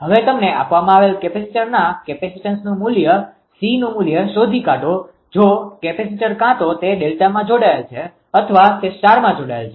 હવે તમને આપવામાં આવેલ કેપેસિટરના કેપેસીટન્સ Cનુ મૂલ્ય શોધી કાઢો જો કેપેસિટર કાં તો તે ડેલ્ટામાં જોડાયેલ છે અથવા તે સ્ટારમાં જોડાયેલ છે